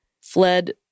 fled